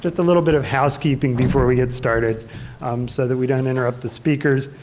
just a little bit of housekeeping before we get started so that we don't interrupt the speakers.